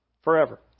forever